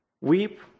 Weep